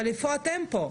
אבל איפה אתם פה?